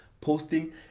posting